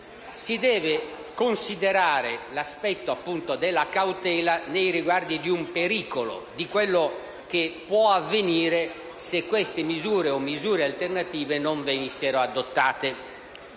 si deve considerare l'aspetto della cautela nei riguardi di un pericolo, di quello che può avvenire se queste misure alternative non venissero adottate.